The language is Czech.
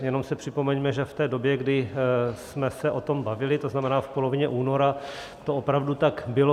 Jenom si připomeňme, že v době, kdy jsme se o tom bavili, to znamená v polovině února, to opravdu tak bylo.